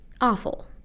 awful